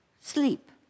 sleep